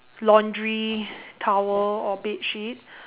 laundry towel or bed sheet